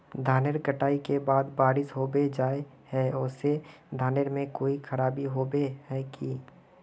धानेर कटाई के बाद बारिश होबे जाए है ओ से धानेर में कोई खराबी होबे है की?